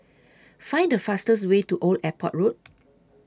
Find The fastest Way to Old Airport Road